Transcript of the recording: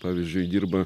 pavyzdžiui dirba